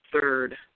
third